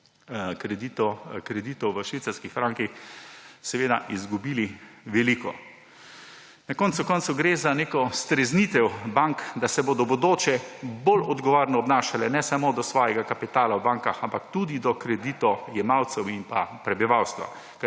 kreditov v švicarskih frankih, izgubili veliko. Na koncu koncev gre za neko streznitev bank, da se bodo v bodoče bolj odgovorno obnašale ne samo do svojega kapitala v bankah, ampak tudi do kreditojemalcev in prebivalstva,